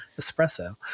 espresso